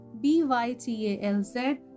B-Y-T-A-L-Z